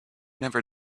never